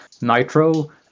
nitro